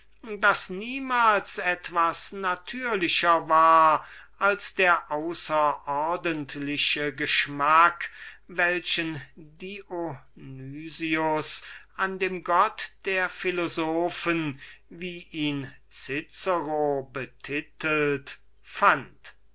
daß niemals etwas natürlichers gewesen als der außerordentliche geschmack welchen dionys an dem gott der philosophen wie ihn